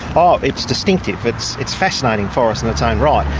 oh, it's distinctive. it's it's fascinating forest in its own right.